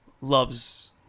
loves